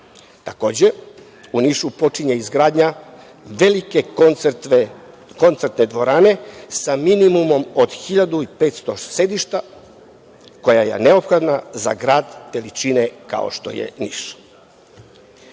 u Nišu počinje izgradnja velike koncertne dvorane sa minimumom od 1.500 sedišta, koja je neophodna za grad veličine kao što je Niš.U